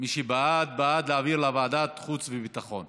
מי שבעד, בעד להעביר לוועדת חוץ וביטחון.